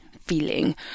feeling